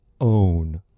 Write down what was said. own